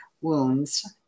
wounds